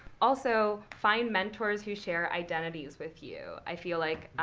also, find mentors who share identities with you. i feel like,